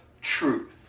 truth